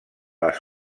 les